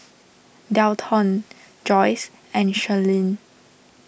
Delton Joyce and Charlene